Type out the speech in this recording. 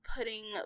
putting